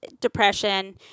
Depression